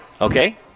Okay